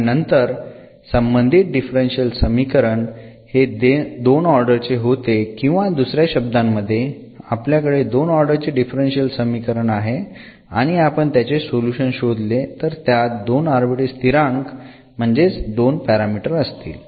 आणि नंतर संबंधित डिफरन्शियल समीकरण हे 2 ऑर्डर चे होते किंवा दुसऱ्या शब्दांमध्ये आपल्याकडे 2 ऑर्डर चे डिफरन्शियल समीकरण आहे आणि आपण त्याचे सोल्युशन शोधले तर त्यात 2 आर्बिट्ररी स्थिरांक म्हणजेच 2 पॅरामीटर असतील